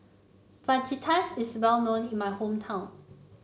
Fajitas is well known in my hometown